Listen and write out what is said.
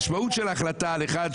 המשמעות של ההחלטה על 1,